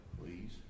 Please